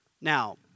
Now